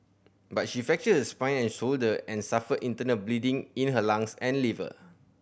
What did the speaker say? but she fractured spine and shoulder and suffered internal bleeding in her lungs and liver